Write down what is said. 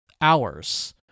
hours